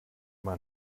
man